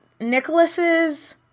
Nicholas's